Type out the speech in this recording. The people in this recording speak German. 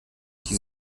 die